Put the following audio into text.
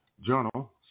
Journal